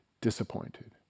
disappointed